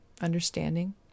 understanding